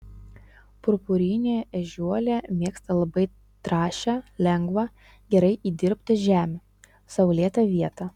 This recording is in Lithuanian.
purpurinė ežiuolė mėgsta labai trąšią lengvą gerai įdirbtą žemę saulėtą vietą